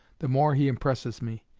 the more he impresses me.